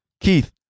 Keith